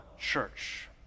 Church